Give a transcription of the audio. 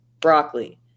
broccoli